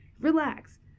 relax